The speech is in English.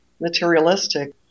materialistic